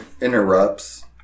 interrupts